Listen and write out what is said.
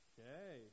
Okay